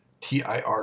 TIR